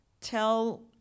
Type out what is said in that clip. tell